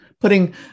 Putting